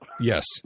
Yes